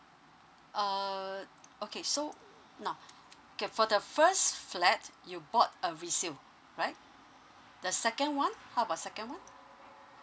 uh okay so now okay for the first flat you bought a resale right the second one how about second one